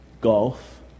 Golf